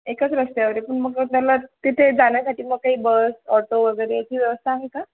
एकच रस्त्यावर आहे पण मग त्याला तिथे जाण्यासाठी मग काही बस ऑटो वगैरेची व्यवस्था आहे का